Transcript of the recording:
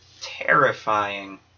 Terrifying